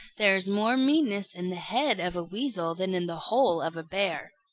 there is more meanness in the head of a weasel than in the whole of a bear.